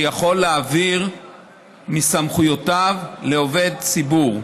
שיכול להעביר מסמכויותיו לעובד ציבור.